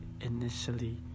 initially